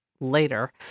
later